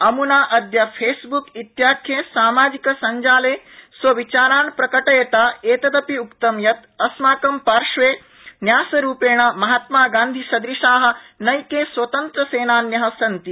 अमुना अद्य फेसबुक इत्याख्ये समाजिकसंजाले स्वविचारान् प्रकटयता एतदपि उक्तं यत् अस्माक पार्श्वे न्यासरूपेण महात्मागान्धीसदृशा नैके स्वतन्त्रतासेनान्य सन्ति